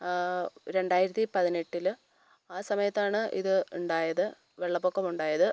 ആ രണ്ടായിരത്തി പതിനെട്ടില് ആ സമയത്താണ് ഇത് ഉണ്ടായത് വെള്ളപ്പൊക്കം ഉണ്ടായത്